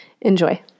Enjoy